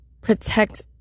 Protect